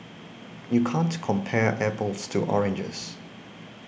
you can't compare apples to oranges